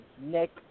Nick